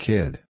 Kid